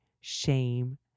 shame